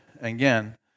again